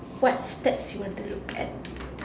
what stats you want to look at